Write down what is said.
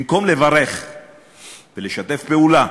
במקום לברך ולשתף פעולה